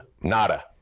nada